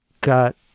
got